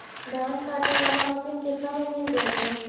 धान काटे वाला मशीन केतना में मिल जैतै?